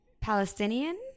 Palestinian